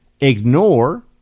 ignore